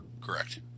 Correct